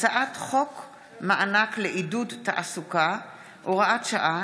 הצעת חוק הארכת תקופות ודחיית מועדים בענייני הליכי מס (הוראת שעה,